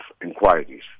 inquiries